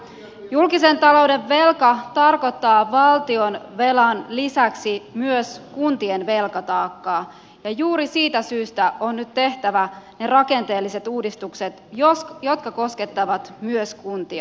julkisen talouden velka tarkoittaa valtionvelan lisäksi myös kuntien velkataakkaa ja juuri siitä syystä on nyt tehtävä ne rakenteelliset uudistukset jotka koskettavat myös kuntia